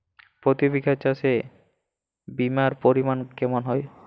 প্রতি বিঘা চাষে বিমার পরিমান কেমন হয়?